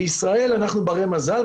בישראל אנחנו בני מזל,